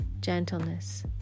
gentleness